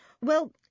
Well